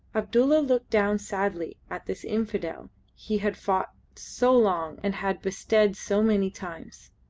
abdulla looked down sadly at this infidel he had fought so long and had bested so many times.